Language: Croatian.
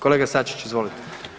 Kolega SAčić izvolite.